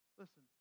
listen